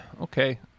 okay